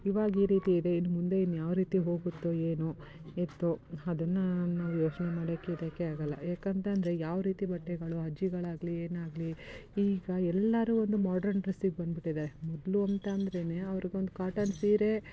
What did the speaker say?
ಇವಾಗ ಈ ರೀತಿ ಇದೆ ಇನ್ನುಮುಂದೆ ಇನ್ನು ಯಾವ ರೀತಿ ಹೋಗುತ್ತೊ ಏನೋ ಎತ್ತೋ ಅದನ್ನು ನಾವು ಯೋಚನೆ ಮಾಡೋಕ್ಕೆ ಇದಕ್ಕೆ ಆಗೋಲ್ಲ ಯಾಕಂತಂದರೆ ಯಾವ ರೀತಿ ಬಟ್ಟೆಗಳು ಅಜ್ಜಿಗಳಾಗಲೀ ಏನಾಗಲೀ ಈಗ ಎಲ್ಲರು ಒಂದು ಮಾಡರ್ನ್ ಡ್ರಸ್ಸಿಗೆ ಬಂದ್ಬಿಟ್ಟಿದ್ದಾರೆ ಮೊದಲು ಅಂತ ಅಂದ್ರೆ ಅವ್ರಿಗೊಂದು ಕಾಟನ್ ಸೀರೆ